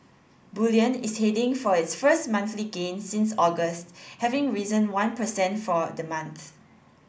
bullion is heading for its first monthly gain since August having risen one per cent for the month